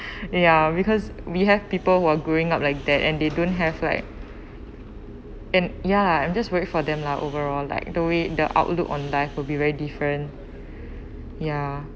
ya because we have people who are growing up like that and they don't have like in ya I'm just work for them lah overall like the way the outlook on life will be very different ya